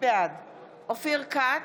בעד אופיר כץ,